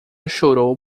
chorou